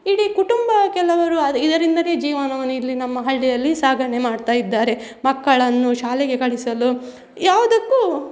ಇಡೀ ಕುಟುಂಬ ಕೆಲವರು ಅದೇ ಇದರಿಂದಲೇ ಜೀವನವನ್ನು ಇಲ್ಲಿ ನಮ್ಮ ಹಳ್ಳಿಯಲ್ಲಿ ಸಾಗಣೆ ಮಾಡ್ತಾಯಿದ್ದಾರೆ ಮಕ್ಕಳನ್ನು ಶಾಲೆಗೆ ಕಳುಹಿಸಲು ಯಾವುದಕ್ಕೂ